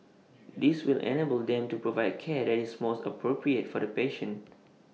this will enable them to provide care that is most appropriate for the patient